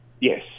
Yes